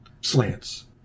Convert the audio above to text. slants